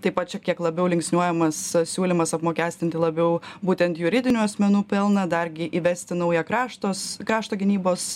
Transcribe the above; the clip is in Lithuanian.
taip pat čia kiek labiau linksniuojamas siūlymas apmokestinti labiau būtent juridinių asmenų pelną dargi įvesti naują kraštos krašto gynybos